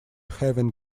having